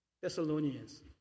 Thessalonians